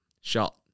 shot